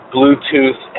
Bluetooth